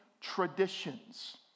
traditions